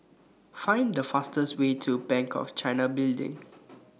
Find The fastest Way to Bank of China Building